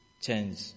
change